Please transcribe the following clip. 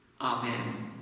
amen